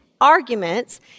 arguments